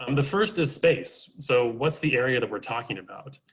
um the first is space. so what's the area that we're talking about?